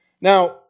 Now